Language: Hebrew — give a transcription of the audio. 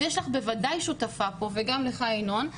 אז יש לך בוודאי שותפה פה וגם לך ינון,